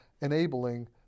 enabling